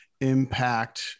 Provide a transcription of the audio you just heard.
impact